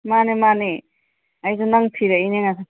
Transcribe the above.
ꯃꯥꯅꯦ ꯃꯥꯅꯦ ꯑꯩꯁꯨ ꯅꯪ ꯊꯤꯔꯛꯏꯅꯦ